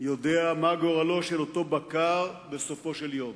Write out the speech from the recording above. יודע מה גורלו של אותו בקר בסופו של יום.